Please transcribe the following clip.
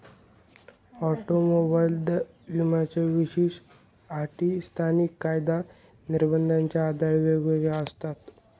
automobile विम्याच्या विशेष अटी स्थानिक कायदा निर्बंधाच्या आधारे वेगवेगळ्या असतात